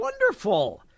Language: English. Wonderful